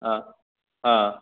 ꯑꯥ ꯑꯥ